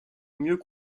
mieux